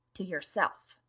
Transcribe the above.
to yourself.